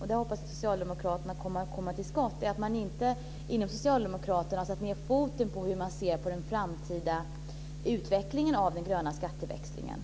och där hoppas jag att Socialdemokraterna kommer att komma till skott, är att man inte satt ned foten när det gäller hur man ser på den framtida utvecklingen av den gröna skatteväxlingen.